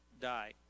die